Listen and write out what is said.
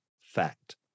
Fact